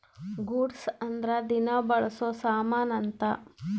goods ಅಂದ್ರ ದಿನ ಬಳ್ಸೊ ಸಾಮನ್ ಅಂತ